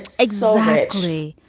exactly.